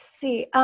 see